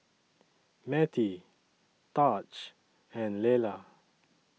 Mettie Taj and Lelar